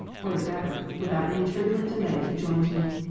for the better, without any turbulent delay he joined me.